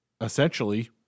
essentially